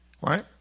right